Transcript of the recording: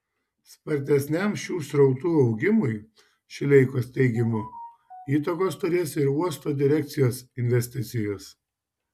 spartesniam šių srautų augimui šileikos teigimu įtakos turės ir uosto direkcijos investicijos